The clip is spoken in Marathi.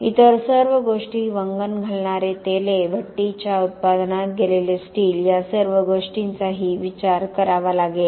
इतर सर्व गोष्टी वंगण घालणारे तेले भट्टीच्या उत्पादनात गेलेले स्टील या सर्व गोष्टींचाही विचार करावा लागेल